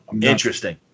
Interesting